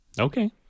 Okay